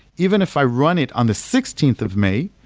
even if i run it on the sixteenth of may,